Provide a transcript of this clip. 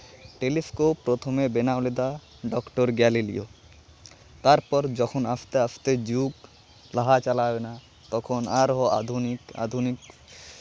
telescope ᱯᱨᱚᱛᱷᱚᱢᱮ ᱵᱮᱱᱟᱣ ᱞᱮᱫᱟ ᱰᱚᱠᱴᱚᱨ ᱜᱮᱞᱤᱞᱤᱭᱳ ᱛᱟᱨᱯᱚᱨ ᱡᱚᱠᱷᱚᱱ ᱟᱥᱛᱮ ᱟᱥᱛᱮ ᱡᱩᱜᱽ ᱞᱟᱦᱟ ᱪᱟᱞᱟᱣᱮᱱᱟ ᱛᱚᱠᱷᱚᱱ ᱟᱨᱦᱚᱸ ᱟᱹᱫᱷᱩᱱᱤᱠ ᱟᱹᱫᱷᱩᱱᱤᱠ